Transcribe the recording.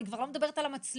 אני כבר לא מדברת על המצלמות,